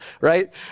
right